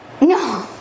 No